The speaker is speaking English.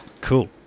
cool